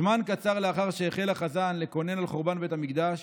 זמן קצר לאחר שהחל החזן לקונן על חורבן בית המקדש,